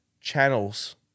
channels